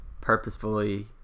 purposefully